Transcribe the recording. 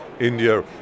India